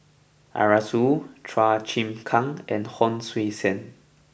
Arasu Chua Chim Kang and Hon Sui Sen